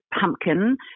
pumpkin